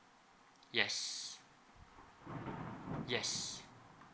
yes yes